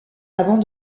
avant